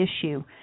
issue